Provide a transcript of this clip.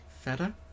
feta